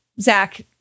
Zach